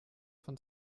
von